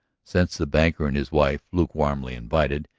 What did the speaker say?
since the banker and his wife, lukewarmly invited,